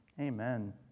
Amen